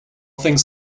things